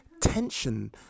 tension